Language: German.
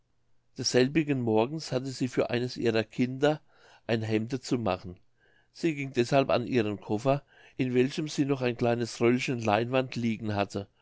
desselbigen morgens hatte sie für eines ihrer kinder ein hemde zu machen sie ging deshalb an ihren koffer in welchem sie noch ein kleines röllchen leinewand liegen hatte